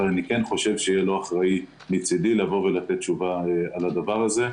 אבל אני כן חושב שיהיה לא אחראי מצדי לתת תשובה לנושא הזה,